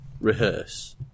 rehearse